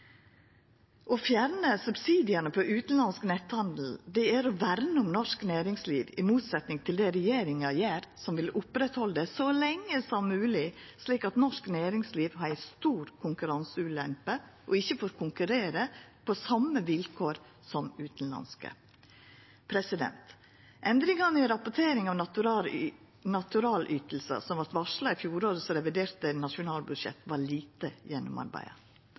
Å fjerna subsidiane på utanlandsk netthandel er å verna om norsk næringsliv, i motsetning til det regjeringa gjer, som vil oppretthalda dei så lenge som mogleg, slik at norsk næringsliv har ei stor konkurranseulempe og ikkje får konkurrera på same vilkår som utanlandske. Endringane i rapportering om naturalytingar som vart varsla i revidert nasjonalbudsjett i fjor, var lite